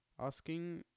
asking